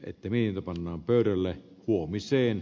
että viina pannaan pöydälle huomiseen